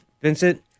Vincent